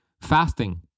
fasting